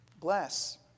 bless